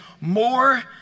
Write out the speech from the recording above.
more